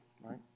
right